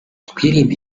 twirinde